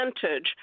percentage